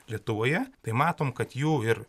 lietuvoje tai matom kad jų ir